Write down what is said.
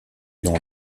dans